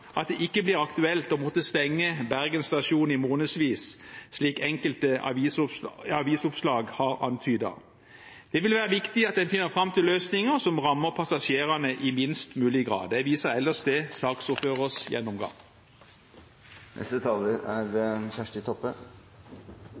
at det ikke blir aktuelt å måtte stenge Bergen stasjon i månedsvis, slik enkelte avisoppslag har antydet. Det vil være viktig at en finner fram til løsninger som rammer passasjerene i minst mulig grad. Jeg viser ellers til saksordførerens gjennomgang. Senterpartiet støttar forslaget frå Arbeidarpartiet som er